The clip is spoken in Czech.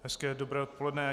Hezké dobré odpoledne.